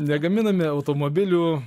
negaminame automobilių